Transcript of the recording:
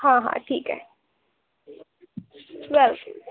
हां हां ठीक आहे वेल